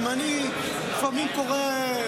גם אני לפעמים קורא,